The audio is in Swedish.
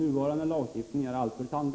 Nuvarande lagstiftning är alltför tandlös.